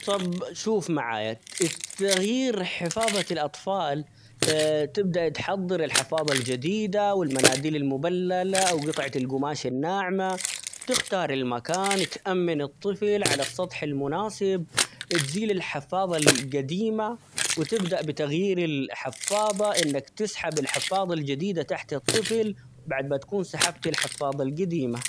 طب شوف معاي -الت-التغيير حفاظة الأطفال تبدأ تحضر الحفاظة الجديدة ،والمناديل المبللة ،أو قطعة القماش الناعمة تختار المكان، تأمن الطفل على السطح المناسب، اتزيل الحفاظة القديمة ،وتبدأ بتغيير الحفاضة، إنك تسحب الحفاضة الجديدة تحت الطفل ،بعد ما تكون سحبت الحفاضة القديمة.